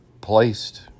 placed